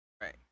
Right